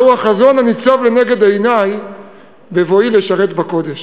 והוא החזון הניצב לנגד עיני בבואי לשרת בקודש.